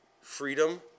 freedom